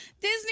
Disney